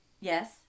Yes